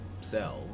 sell